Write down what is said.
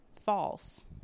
false